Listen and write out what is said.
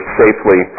safely